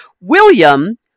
William